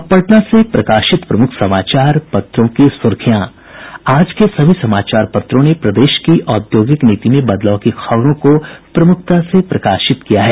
अब पटना से प्रकाशित प्रमुख समाचार पत्रों की सुर्खियां आज के सभी समाचार पत्रों ने प्रदेश की औद्योगिक नीति में बदलाव की खबरों को प्रमुखता से प्रकाशित किया है